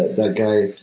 that guy,